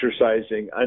exercising